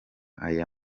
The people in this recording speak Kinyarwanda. aya